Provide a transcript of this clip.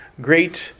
Great